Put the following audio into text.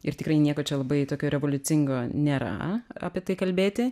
ir tikrai nieko čia labai tokio revoliucingo nėra apie tai kalbėti